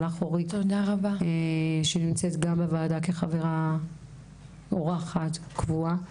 לך אורית שנמצאת גם בוועדה כחברה אורחת קבועה.